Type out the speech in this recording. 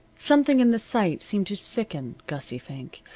something in the sight seemed to sicken gussie fink.